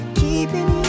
keeping